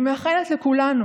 אני מאחלת לכולנו,